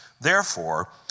Therefore